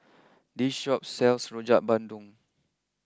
this Shop sells Rojak Bandung